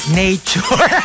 nature